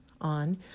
on